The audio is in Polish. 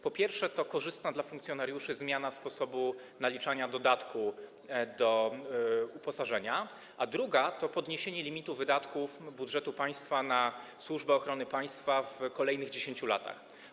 Pierwsza to korzystna dla funkcjonariuszy zmiana sposobu naliczania dodatku do uposażenia, a druga to podniesienie limitu wydatków budżetu państwa na Służbę Ochrony Państwa w kolejnych 10 latach.